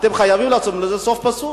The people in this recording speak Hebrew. אתם חייבים לעשות לזה סוף פסוק.